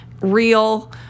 real